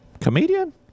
comedian